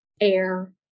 air